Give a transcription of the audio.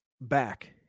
back